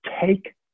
take